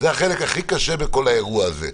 זה החלק הכי קשה בכל האירוע הזה.